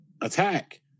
attack